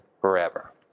forever